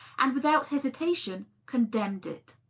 and without hesitation condemned it.